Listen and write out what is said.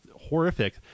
horrific